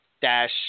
dash